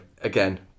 again